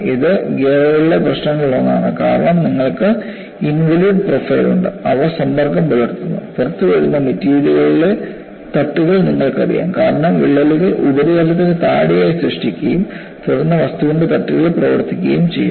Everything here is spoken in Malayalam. ഇത് ഗിയറുകളിലെ പ്രശ്നങ്ങളിലൊന്നാണ് കാരണം നിങ്ങൾക്ക് ഇൻവോലുട്ട് പ്രൊഫൈൽ ഉണ്ട് അവ സമ്പർക്കം പുലർത്തുന്നു പുറത്തുവരുന്ന മെറ്റീരിയലുകളുടെ തട്ടുകൾ നിങ്ങൾക്കറിയാം കാരണം വിള്ളലുകൾ ഉപരിതലത്തിന് താഴെയായി സൃഷ്ടിക്കുകയും തുടർന്ന് വസ്തുക്കളുടെ തട്ടുകൾ പ്രവർത്തിക്കുകയും ചെയ്യുന്നു